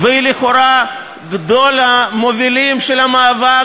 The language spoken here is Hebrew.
והיא לכאורה גדולת המובילים של המאבק